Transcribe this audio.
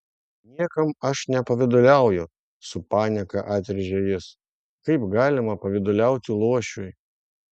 niekam aš nepavyduliauju su panieka atrėžė jis kaip galima pavyduliauti luošiui